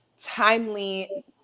timely